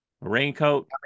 raincoat